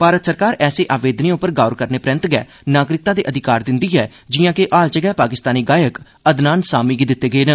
भारत सरकार ऐसे आवेदनें उप्पर गौर करने परैन्त गै नागरिकता दे अधिकार दिंदी ऐ जिआं के हाल च गै पाकिस्तानी गायक अदनान सामी गी दिल्ले गे न